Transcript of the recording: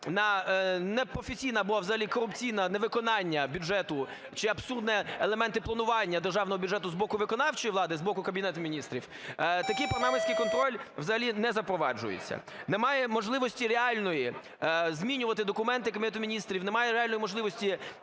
на непрофесійне або взагалі корупційне невиконання бюджету, чи абсурдні елементи планування державного бюджету з боку виконавчої влади, з боку Кабінету Міністрів. Такий парламентський контроль взагалі не запроваджується. Немає можливості реальної змінювати документи Кабінету Міністрів. Немає реальної можливості